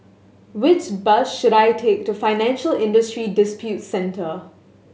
which bus should I take to Financial Industry Disputes Center